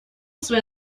свои